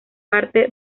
parte